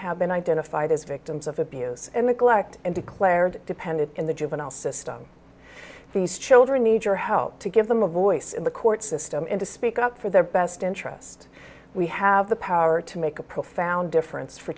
have been identified as victims of abuse and neglect and declared dependent in the juvenile system these children need your help to give them a voice in the court system him to speak up for their best interest we have the power to make a profound difference for